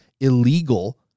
illegal